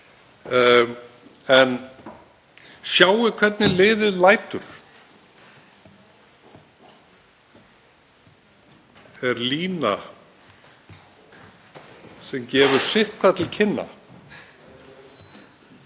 Sjáið hvernig liðið lætur, er lína sem gefur sitthvað til kynna.